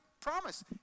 promise